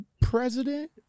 president